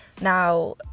Now